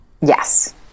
Yes